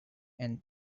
and